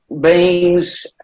beings